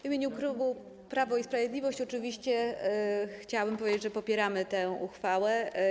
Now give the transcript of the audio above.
W imieniu klubu Prawo i Sprawiedliwość oczywiście chciałabym powiedzieć, że popieramy tę uchwałę.